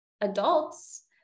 adults